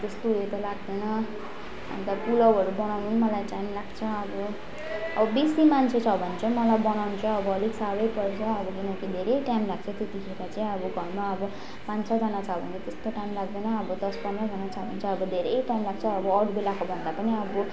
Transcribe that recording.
त्यस्तो उयो त लाग्दैन अन्त पुलाउहरू बनाउनु पनि मलाई टाइम लाग्छ अब बेसी मान्छे छ भने चाहिँ मलाई बनाउनु चाहिँ अब अलिक साह्रै पर्छ अब किनकि धेरै टाइम लाग्छ त्यतिखेर चाहिँ घरमा अब पाँच छजना छ भने चाहिँ त्यस्तो टाइम लाग्दैन दस पन्ध्रजना छ भने चाहिँ धेरै टाइम लाग्छ अब अरू बेलाको भन्दा पनि अब